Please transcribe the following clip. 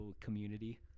Community